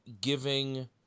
giving